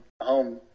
home